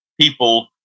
people